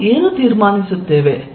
ನಾವು ಏನು ತೀರ್ಮಾನಿಸುತ್ತೇವೆ